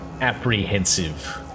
apprehensive